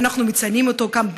ואנחנו מציינים אותו כאן,